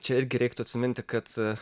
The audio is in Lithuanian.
čia irgi reiktų atsiminti kad